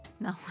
No